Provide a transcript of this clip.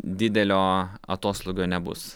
didelio atoslūgio nebus